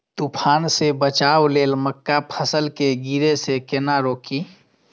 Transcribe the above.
तुफान से बचाव लेल मक्का फसल के गिरे से केना रोकी?